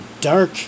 dark